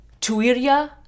Tuiria